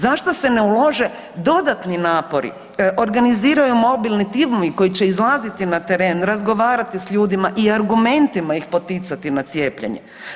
Zašto se ne ulože dodatni napori, organiziraju mobilni timovi koji će izlaziti na teren, razgovarati sa ljudima i argumentima ih poticati na cijepljenje.